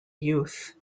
youth